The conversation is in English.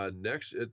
Next